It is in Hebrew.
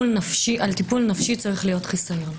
על טיפול נפשי צריך להיות חיסיון.